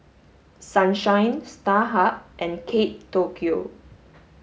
Sunshine Starhub and Kate Tokyo